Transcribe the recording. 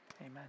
Amen